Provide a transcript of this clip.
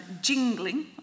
jingling